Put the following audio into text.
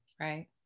right